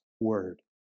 word